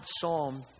psalm